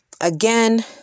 Again